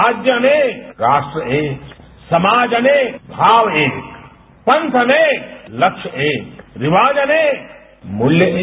राज्य अनेक राष्ट्र एक समाज एक भाव अनेक पंथ अनेक लक्ष्य एक रिवाज अनेक मूल्य एक